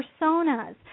personas